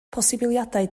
posibiliadau